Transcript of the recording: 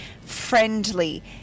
Friendly